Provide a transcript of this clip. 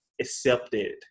accepted